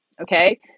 Okay